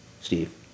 Steve